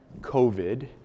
COVID